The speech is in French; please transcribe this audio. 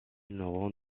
n’auront